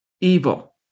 evil